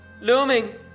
looming